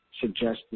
suggested